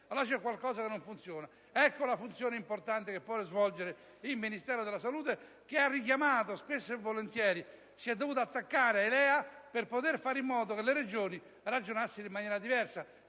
qualcosa che non funziona. Ecco, dunque, la funzione importante che può svolgere il Ministero della salute, che ha richiamato spesso e volentieri e si è dovuto attaccare ai LEA per fare in modo che le Regioni ragionassero in maniera diversa.